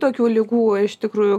tokių ligų iš tikrųjų